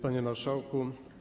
Panie Marszałku!